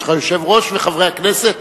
יש לך יושב-ראש וחברי הכנסת,